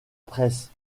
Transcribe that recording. presse